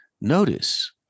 notice